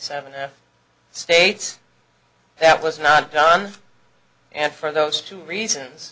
seven states that was not done and for those two reasons